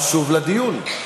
חשוב לדיון.